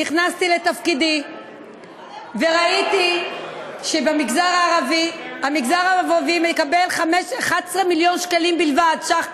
נכנסתי לתפקידי וראיתי שהמגזר הערבי מקבל 11 מיליון ש"ח בלבד.